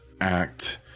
act